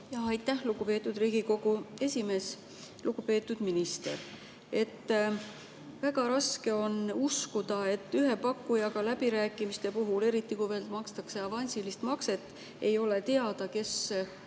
Aitäh, lugupeetud Riigikogu esimees! Lugupeetud minister! Väga raske on uskuda, et ühe pakkujaga läbirääkimiste puhul, eriti veel, kui [tehakse] avansiline makse, ei ole teada tausta,